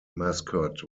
mascot